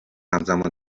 همزمان